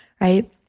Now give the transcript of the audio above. right